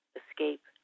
escape